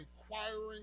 inquiring